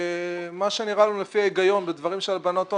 כמה שנראה לנו לפי ההיגיון בדברים של הלבנת הון.